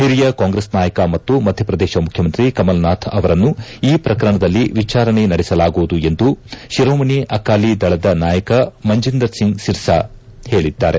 ಹಿರಿಯ ಕಾಂಗೆಸ್ ನಾಯಕ ಮತ್ತು ಮಧ್ಯಪ್ರದೇಶ ಮುಖ್ಯಮಂತಿ ಕಮಲ್ನಾಥ್ ಅವರನ್ನು ಈ ಪ್ರಕರಣದಲ್ಲಿ ವಿಚಾರಣೆ ನಡೆಸಲಾಗುವುದು ಎಂದು ಶಿರೋಮಣಿ ಅಕಾಲಿ ದಳದ ನಾಯಕ ಮಂಜಿಂದರ್ ಸಿಂಗ್ ಸಿರ್ಸಾ ಹೇಳಿದ್ಲಾರೆ